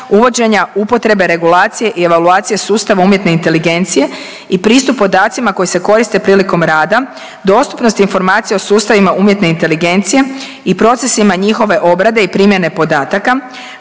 uvođenja upotrebe regulacije i evaluacije sustava umjetne inteligencije i pristup podacima koji se koriste prilikom rada, dostupnosti informacija o sustavima umjetne inteligencije i procesima njihove obrade i primjene podataka,